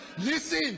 Listen